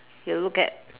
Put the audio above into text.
you will look at